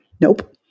Nope